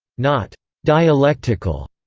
not dialectical.